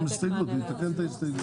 מקבלים את ההסתייגות וניתקן את ההסתייגות.